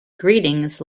greetings